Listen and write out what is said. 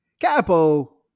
Capo